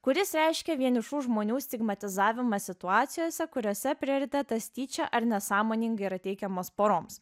kuris reiškia vienišų žmonių stigmatizavomą situacijose kuriose prioritetas tyčia ar nesąmoningai yra teikiamas poroms